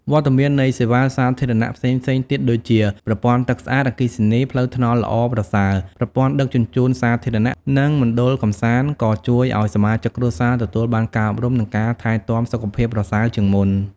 វត្តមាននៃសេវាសាធារណៈផ្សេងៗទៀតដូចជា ប្រព័ន្ធទឹកស្អាត អគ្គិសនី ផ្លូវថ្នល់ល្អប្រសើរ ប្រព័ន្ធដឹកជញ្ជូនសាធារណៈ និងមណ្ឌលកម្សាន្ត ក៏ជួយឱ្យសមាជិកគ្រួសារទទួលបានការអប់រំ និងការថែទាំសុខភាពប្រសើរជាងមុន។